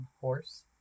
horse